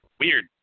Weird